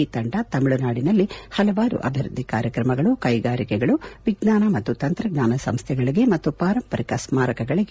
ಈ ತಂಡ ತಮಿಳುನಾಡಿನಲ್ಲಿ ಹಲವಾರು ಅಭಿವೃದ್ದಿ ಕಾರ್ಯಕ್ರಮಗಳು ಕೈಗಾರಿಕೆಗಳು ವಿಜ್ಞಾನ ಮತ್ತು ತಂತ್ರಜ್ಞಾನ ಸಂಸ್ವೆಗಳಿಗೆ ಮತ್ತು ಪಾರಂಪರಿಕ ಸ್ಮಾರಕಗಳಿಗೆ ಭೇಟಿ ನೀಡಲಿದೆ